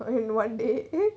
okay no one day